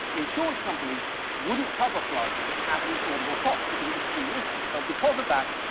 insurance companies wouldn't cover floods at an affordable cost, because it was too risky, so because of that,